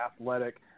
athletic